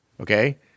Okay